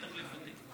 כן, והיא תחליף אותי.